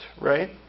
right